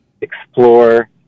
explore